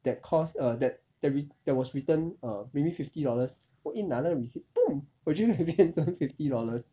that caused a that the wri~ that was written err maybe fifty dollars 我一拿那个 receipt 我就能变成 fifty dollars